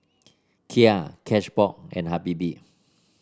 Kia Cashbox and Habibie